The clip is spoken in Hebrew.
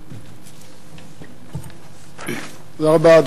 תודה רבה.